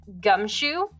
Gumshoe